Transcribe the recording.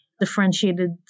differentiated